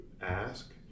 ask